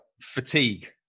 fatigue